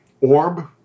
Orb